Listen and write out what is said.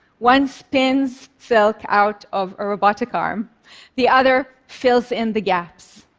one spins silk out of a robotic arm the other fills in the gaps.